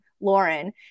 Lauren